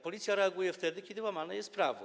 Policja reaguje wtedy, kiedy łamane jest prawo.